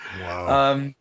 Wow